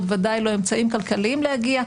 אני אגיד שהמחקר המלווה שאני אתייחס אליו.